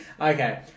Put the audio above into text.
Okay